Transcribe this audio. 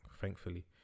thankfully